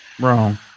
Wrong